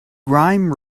grime